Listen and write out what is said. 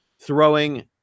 throwing